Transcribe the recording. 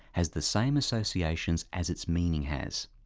has the same associations as its meaning has.